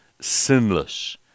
sinless